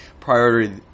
priority